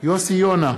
יוסי יונה,